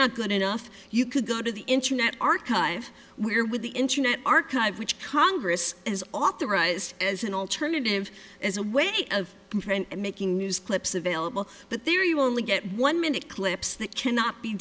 not good enough you could go to the internet archive we're with the internet archive which congress is authorized as an alternative as a way of making news clips available but there you only get one minute clips that cannot be